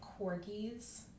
corgis